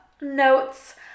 notes